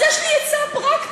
הבנתי, הבנתי.